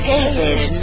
David